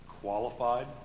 qualified